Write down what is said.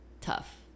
tough